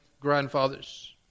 grandfathers